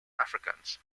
afrikaans